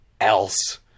else